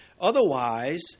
Otherwise